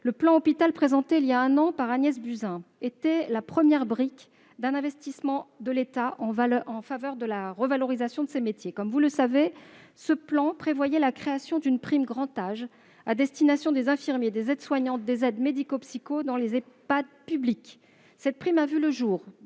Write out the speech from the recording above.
Le plan Hôpital présenté voilà un an par Agnès Buzyn était la première brique d'un investissement de l'État en faveur de la revalorisation de ces métiers. Comme vous le savez, ce plan prévoyait la création d'une prime « grand âge » à destination des infirmiers, des aides-soignants et des aides médico-psycho dans les Ehpad publics. Cette prime est